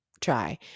try